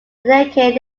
decade